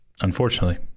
Unfortunately